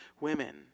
women